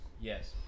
Yes